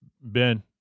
Ben